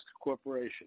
corporation